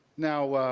now,